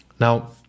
Now